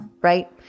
right